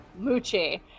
Moochie